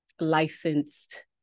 licensed